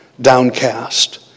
downcast